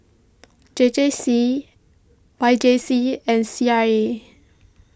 J J C Y J C and C R A